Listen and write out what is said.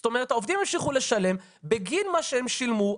זאת אומרת העובדים ימשיכו לשלם בגין מה שהם שילמו.